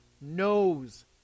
knows